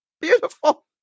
beautiful